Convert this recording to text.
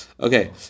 Okay